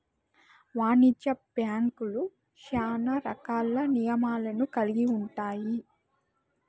వాణిజ్య బ్యాంక్యులు శ్యానా రకాల నియమాలను కల్గి ఉంటాయి